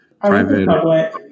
private